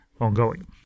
ongoing